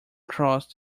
crossed